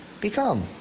become